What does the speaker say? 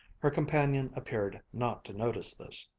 her companion appeared not to notice this.